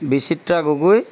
Bichitra Gogoi